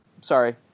Sorry